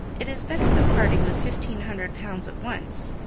it is better than parting with fifteen hundred pounds at once.